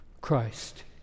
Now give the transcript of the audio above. Christ